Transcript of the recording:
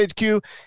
hq